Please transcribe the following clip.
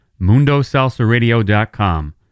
MundoSalsaradio.com